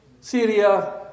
Syria